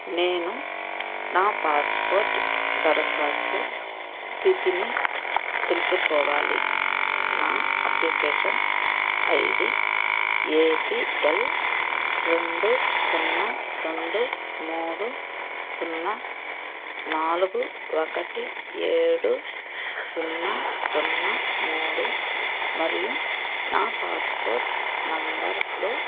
నేను నా పాస్పోర్ట్ దరఖాస్తు స్థితిని తెలుసుకోవాలి నా application I D A P L రెండు సున్నా రెండు మూడు సున్నా నాలుగు ఒకటి ఏడు సున్నా సున్నా మూడు మరియు నా పాస్పోర్ట్ నంబర్లో